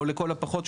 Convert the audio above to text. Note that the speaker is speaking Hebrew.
או לכל הפחות,